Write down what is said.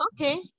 Okay